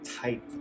type